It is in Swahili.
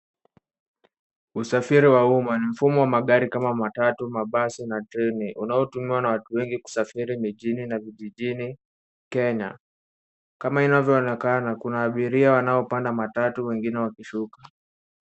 Usafiri wa umma ni mfumo wa magari kama matatu, mabasi na treni unaotumiwa na watu wengi kusafiri mjini na kijijini Kenya. Kama inavyoonekana kuna abiria wanaopanda matatu wengine wakishuka.